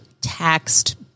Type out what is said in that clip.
taxed